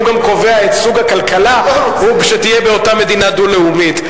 הוא גם קובע את סוג הכלכלה שתהיה באותה מדינה דו-לאומית,